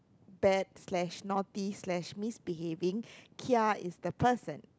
bad slash naughty slash misbehaving kia is the person